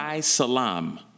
Salam